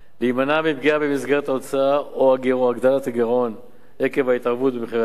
להימנע מפגיעה במסגרת ההוצאה או הגירעון עקב ההתערבות במחירי הדלק.